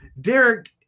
Derek